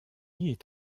est